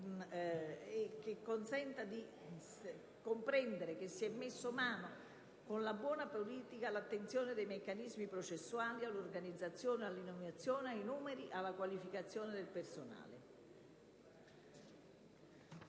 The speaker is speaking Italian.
che consenta di comprendere che si è messo mano, con una buona politica, ai meccanismi processuali, all'organizzazione, ai numeri, alla qualificazione del personale.